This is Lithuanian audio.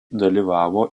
dalyvavo